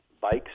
bikes